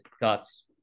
Thoughts